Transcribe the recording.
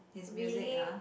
really